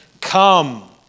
come